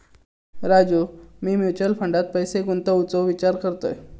राजू, मी म्युचल फंडात पैसे गुंतवूचो विचार करतय